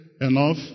enough